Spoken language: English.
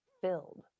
filled